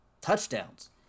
Touchdowns